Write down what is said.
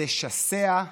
לשסע,